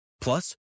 Plus